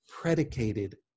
predicated